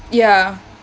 ya